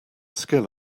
skill